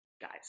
guys